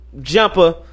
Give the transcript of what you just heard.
jumper